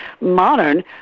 modern